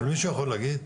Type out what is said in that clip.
אבל מישהו יכול להגיד?